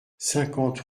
cinquante